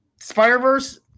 Spider-Verse